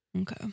Okay